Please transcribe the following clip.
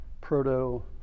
proto